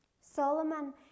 Solomon